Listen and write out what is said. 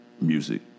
music